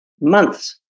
months